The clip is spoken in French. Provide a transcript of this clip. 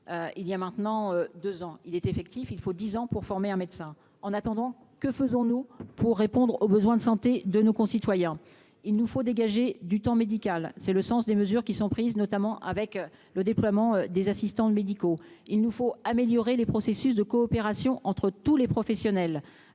il y a maintenant 2 ans, il était effectif, il faut 10 ans pour former un médecin en attendant que faisons-nous pour répondre aux besoins de santé de nos concitoyens, il nous faut dégager du temps médical, c'est le sens des mesures qui sont prises, notamment avec le déploiement des assistants médicaux, il nous faut améliorer les processus de coopération entre tous les professionnels,